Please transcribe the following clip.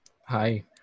Hi